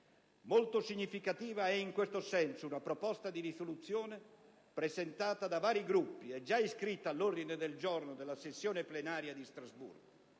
Molto significativa è, in questo senso, una proposta di risoluzione presentata da vari Gruppi e già iscritta all'ordine del giorno della sessione plenaria di Strasburgo.